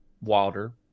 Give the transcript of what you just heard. wilder